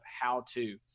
how-to